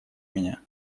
меня